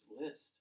list